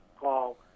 call